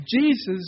Jesus